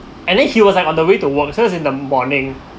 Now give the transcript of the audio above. and then he was like on the way to work so it's in the morning